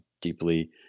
deeply